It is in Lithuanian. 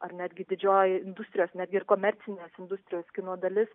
ar netgi didžioji industrijos netgi ir komercinės industrijos kino dalis